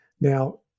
Now